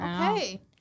okay